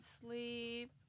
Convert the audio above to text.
sleep